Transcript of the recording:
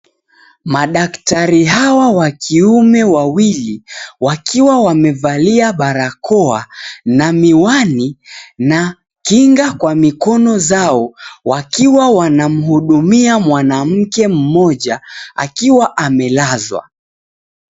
Madaktari hawa wa kiume wawili, wakiwa wamevalia barakoa na miwani na kinga kwa mikono zao, wakiwa wanamhudumia mwanamke mmoja akiwa amelazwa.